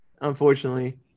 unfortunately